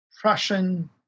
Prussian